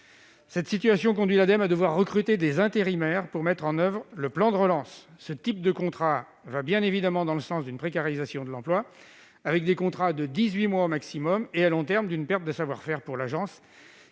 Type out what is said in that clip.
Cette situation conduit l'Ademe à devoir recruter des intérimaires pour mettre en oeuvre le plan de relance. Ce type de contrat va bien évidemment dans le sens d'une précarisation de l'emploi, avec des contrats de dix-huit mois maximum, et, à long terme, une perte de savoir-faire pour l'agence,